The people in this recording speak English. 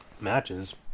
matches